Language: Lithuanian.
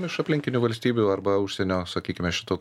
iš aplinkinių valstybių arba užsienio sakykime šitu